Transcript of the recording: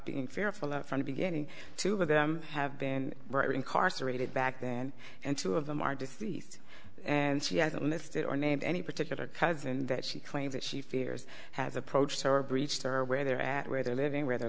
being fearful from the beginning two of them have been incarcerated back then and two of them are deceased and she hasn't listed or named any particular cousin that she claims that she fears has approached her or breached her where they're at where they're living